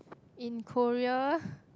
in Korea